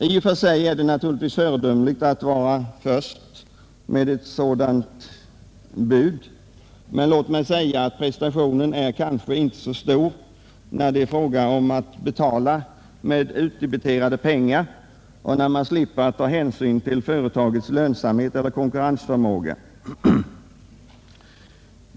I och för sig är det naturligtvis föredömligt att vara först med ett sådant bud, men låt mig säga att prestationen kanske inte är så stor när det är fråga om att betala med utdebiterade pengar och när man slipper att ta hänsyn till företagets lönsamhet eller konkurrensförmåga.